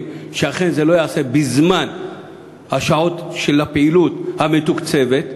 שאכן זה לא ייעשה בשעות של הפעילות המתוקצבת,